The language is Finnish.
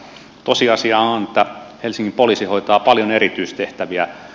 tosiasia on että helsingin poliisi hoitaa paljon erityistehtäviä